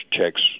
checks